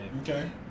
Okay